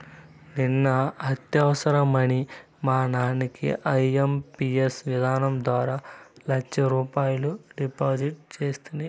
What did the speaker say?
నిన్న అత్యవసరమని మా నాన్నకి ఐఎంపియస్ విధానం ద్వారా లచ్చరూపాయలు క్రెడిట్ సేస్తిని